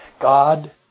God